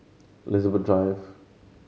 Elizabeth Drive